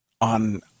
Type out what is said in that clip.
on